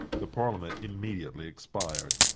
the parliament immediately expired.